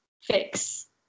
fix